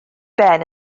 ben